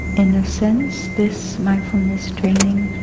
in a sense, this mindfulness training